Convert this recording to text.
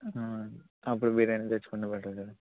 అప్పుడు బిర్యానీ తెచ్చుకుంటే బెటర్ కదా